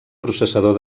processador